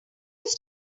it’s